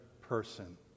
person